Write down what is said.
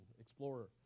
Explorer